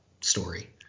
story